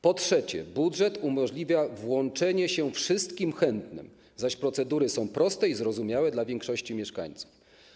Po trzecie, budżet umożliwia włączenie się wszystkim chętnym, zaś procedury są proste i zrozumiałe dla większości mieszkańców.